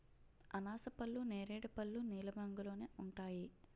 అనాసపళ్ళు నేరేడు పళ్ళు నీలం రంగులోనే ఉంటాయి